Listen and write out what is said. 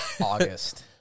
August